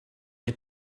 les